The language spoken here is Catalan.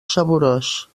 saborós